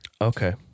Okay